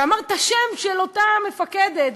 ואמר את השם של אותה מפקדת,